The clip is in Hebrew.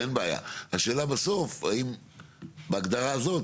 יכול להיות שבהגדרה הזאת,